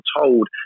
told